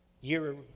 year